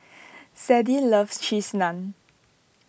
Sadie loves Cheese Naan